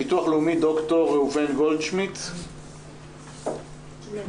ד"ר ראובן גולדשמידט מהביטוח הלאומי.